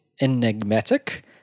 enigmatic